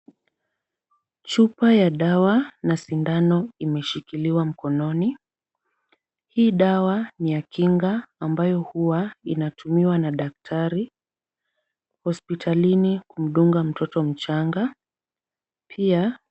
Chupa ya dawa na sindano imeshikiliwa mkononi. Hii dawa ni ya kinga ambayo huwa inatumiwa na daktari hospitalini kumdunga mtoto mchanga. Pia.